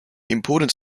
important